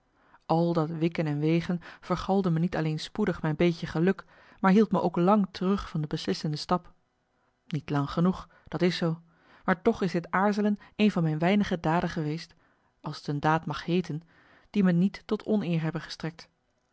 al dat wikken en wegen vergalde me niet alleen spoedig mijn beetje geluk maar hield me ook lang terug van de beslissende stap niet lang genoeg dat is zoo maar toch is dit aarzelen een van mijn weinige daden geweest als t een daad mag heeten die me niet tot oneer hebben gestrekt